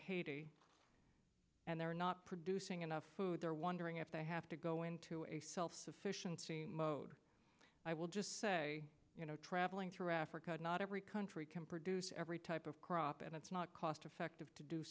haiti and they're not producing enough food they're wondering if they have to go into a self sufficiency mode i will just say you know traveling through africa not every country can produce every type of crop and it's not cost effective to do